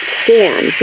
stand